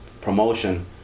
promotion